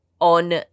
on